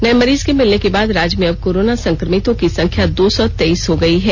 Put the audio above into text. नए मरीज के मिलने के बाद राज्य में अब कोरोना संक्रमितों की संख्या दो सौ तेइस हो गई है